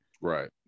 right